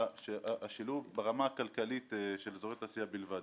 השילוב ברמה הכלכלית של אזורי תעשייה בלבד.